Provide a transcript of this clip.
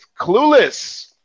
Clueless